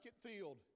field